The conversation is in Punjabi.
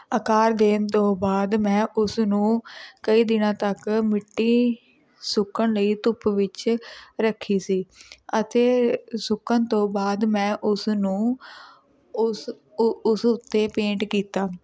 ਆਕਾਰ ਦੇਣ ਤੋਂ ਬਾਅਦ ਮੈਂ ਉਸ ਨੂੰ ਕਈ ਦਿਨਾਂ ਤੱਕ ਮਿੱਟੀ ਸੁੱਕਣ ਲਈ ਧੁੱਪ ਵਿੱਚ ਰੱਖੀ ਸੀ ਅਤੇ ਸੁੱਕਣ ਤੋਂ ਬਾਅਦ ਮੈਂ ਉਸ ਨੂੰ ਉਸ ਉਸ ਉੱਤੇ ਪੇਂਟ ਕੀਤਾ